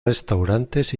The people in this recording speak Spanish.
restaurantes